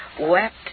wept